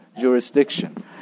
jurisdiction